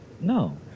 No